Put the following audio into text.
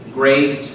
great